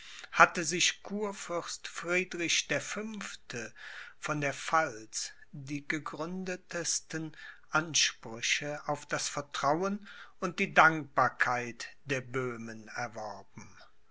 hatte sich kurfürst friedrich der fünfte von der pfalz die gegründetsten ansprüche auf das vertrauen und die dankbarkeit der böhmen erworben